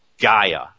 Gaia